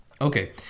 Okay